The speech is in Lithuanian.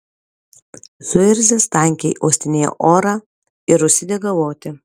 suirzęs tankiai uostinėja orą ir užsidega loti